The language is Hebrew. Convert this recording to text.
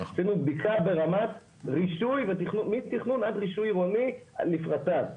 עשינו בדיקה ברמה מתכנון עד רישוי עירוני, לפרטיו.